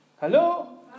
Hello